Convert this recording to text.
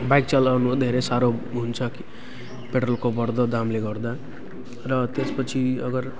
bike चलाउनु धेरै साह्रो हुन्छ पेट्रोलको बढ्दो दामले गर्दा र त्यसपछि अगर